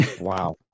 Wow